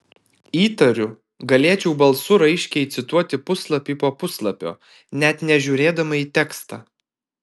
įtariu galėčiau balsu raiškiai cituoti puslapį po puslapio net nežiūrėdama į tekstą